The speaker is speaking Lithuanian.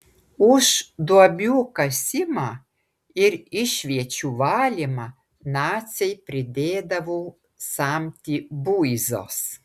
už duobių kasimą ir išviečių valymą naciai pridėdavo samtį buizos